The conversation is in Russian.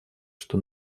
что